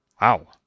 Wow